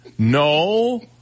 No